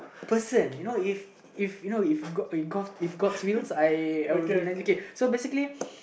person you know if if you know if god if god if god's will I will so basically